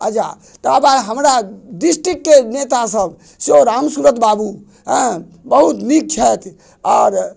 अच्छा तब आब हमरा डिस्ट्रिक्टके नेता सभ सेहो रामसूरत बाबू एँ बहुत नीक छथि आर